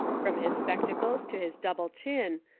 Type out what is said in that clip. from his spectacles to his double chin,